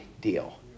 deal